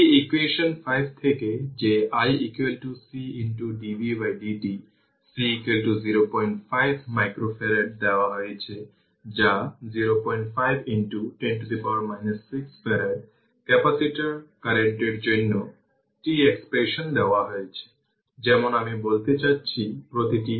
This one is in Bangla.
আসুন দেখি কিভাবে জিনিসগুলি ঘটে এবং এই ভোল্টেজটি হল v তার মানে 01 ফ্যারাড ক্যাপাসিটর জুড়ে এটি R